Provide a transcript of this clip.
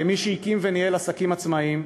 כמי שהקים וניהל עסקים עצמאיים,